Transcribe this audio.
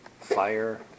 fire